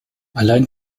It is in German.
allein